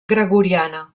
gregoriana